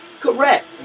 correct